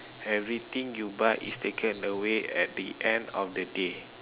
everything you buy is taken away at the end of the day